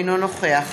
אינו נוכח